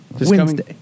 Wednesday